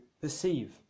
perceive